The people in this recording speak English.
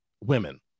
women